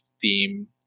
theme